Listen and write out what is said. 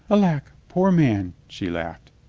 alack, poor man! she laughed.